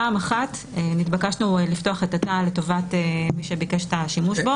פעם אחת נתבקשנו לפתוח את התא לטובת מי שביקש את השימוש בו.